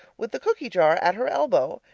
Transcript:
with the cookie jar at her elbow,